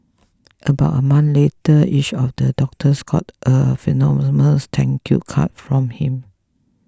about a month later each of the doctors got a posthumous thank you card from him